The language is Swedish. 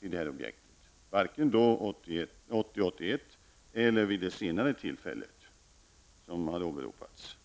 till det här objektet; varken 1980/81 eller vid det senare tillfälle som har åberopats.